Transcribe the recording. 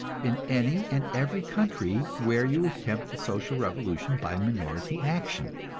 in any and every country where you attempt the social revolution by minority action.